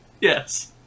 Yes